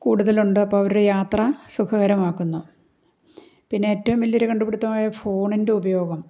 കൂടുതലുണ്ട് അപ്പോൾ അവരുടെ യാത്ര സുഖകരമാക്കുന്നു പിന്നെ ഏറ്റവും വലിയൊരു കണ്ടുപിടുത്തമായ ഫോണിൻ്റെ ഉപയോഗം